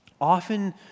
often